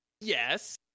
Yes